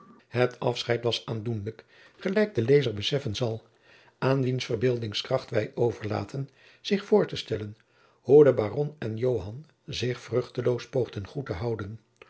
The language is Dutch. het afscheid was aandoenlijk gelijk de lezer beseffen zal aan wiens verbeeldingskracht wij overlaten zich voor te stellen hoe de baron en joan zich vruchteloos poogden goed te houden